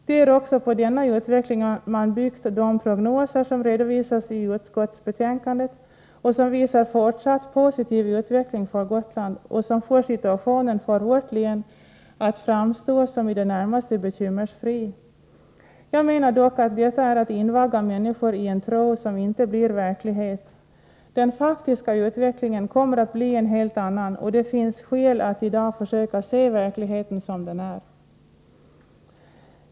Det är också på denna utveckling man byggt de i utskottet redovisade prognoser där man förutskickar en fortsatt positiv utveckling för Gotland och får situationen för vårt län att framstå som i det närmaste bekymmersfri. Jag menar dock att detta är att invagga människor i en tro som inte blir verklighet. Den faktiska utvecklingen kommer att bli en helt annan, och det finns skäl att i dag försöka se verkligheten som den är.